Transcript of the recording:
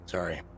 Sorry